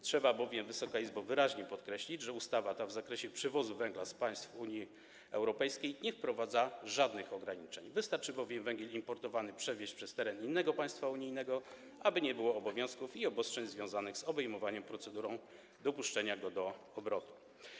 Trzeba bowiem, Wysoka Izbo, wyraźnie podkreślić, że ta ustawa w zakresie przewozu węgla z państw Unii Europejskiej nie wprowadza żadnych ograniczeń, wystarczy bowiem importowany węgiel przewieźć przez teren innego państwa unijnego, aby nie było obowiązków i obostrzeń związanych z obejmowaniem procedurą dopuszczenia go do obrotu.